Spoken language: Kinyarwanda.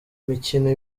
mikino